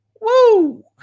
Woo